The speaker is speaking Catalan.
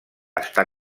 està